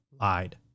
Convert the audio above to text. lied